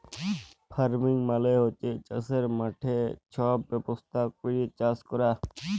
farming মালে হছে চাষের মাঠে ছব ব্যবস্থা ক্যইরে চাষ ক্যরা